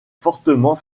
fortement